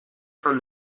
from